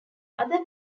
other